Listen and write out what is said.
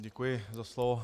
Děkuji za slovo.